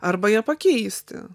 arba ją pakeisti